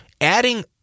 adding